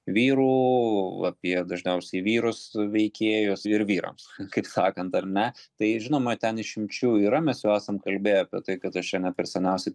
vyrų apie dažniausiai vyrus veikėjus ir vyrams kaip sakant ar ne tai žinoma ten išimčių yra mes jau esam kalbėję apie tai kad aš čia ne per seniausiai